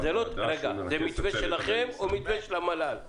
זה מתווה שלכם או של המל"ל?